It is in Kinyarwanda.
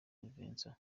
vincent